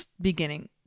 beginning